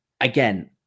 again